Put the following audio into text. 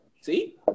See